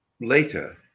later